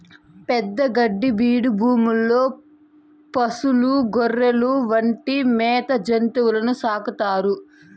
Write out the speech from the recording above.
పెద్ద గడ్డి బీడు భూముల్లో పసులు, గొర్రెలు వంటి మేత జంతువులను సాకుతారు